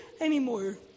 anymore